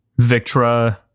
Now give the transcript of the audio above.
Victra